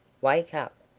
wake up.